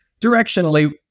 directionally